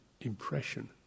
impression